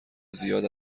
زیاد